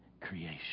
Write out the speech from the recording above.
creation